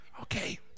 Okay